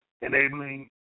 enabling